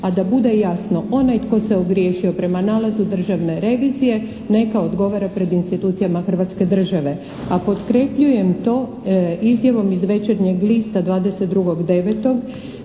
a da bude jasno onaj tko se ogriješio prema nalazu državne revizije neka odgovara pred institucijama hrvatske države. A potkrepljujem to izjavom iz "Večernjeg lista" 22.09.